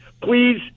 Please